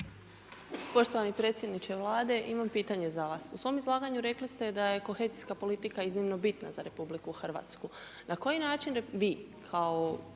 Poštovani predsjedniče Vlade, imam pitanje za vas. U svom izlaganju rekli ste da je kohezijska politika iznimno bitna za Republiku Hrvatsku, na koji način vi, kao